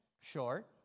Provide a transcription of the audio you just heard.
short